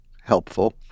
helpful